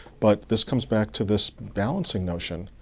but this comes back to this balancing notion.